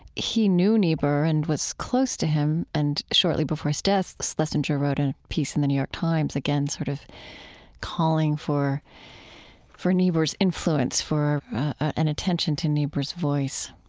he knew niebuhr and was close to him. and shortly before his death, schlesinger wrote in a piece in the new york times, again sort of calling for for niebuhr's influence, for an attention to niebuhr's voice.